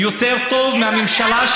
אלה האנשים שמשטרת ישראל שמה במעצר.